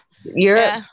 europe